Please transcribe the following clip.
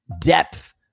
depth